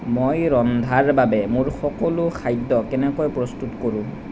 মই ৰন্ধাৰ বাবে মোৰ সকলো খাদ্য কেনেকৈ প্ৰস্তুত কৰোঁ